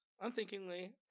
unthinkingly